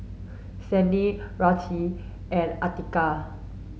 Senin Rizqi and Atiqah